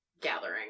gathering